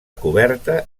coberta